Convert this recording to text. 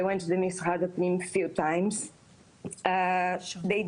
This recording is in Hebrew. אני החלטתי לבוא אחרי שניסיתי לעשות עלייה מברזיל,